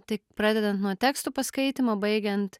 tai pradedant nuo tekstų paskaitymo baigiant